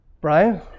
Brian